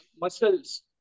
muscles